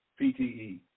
PTE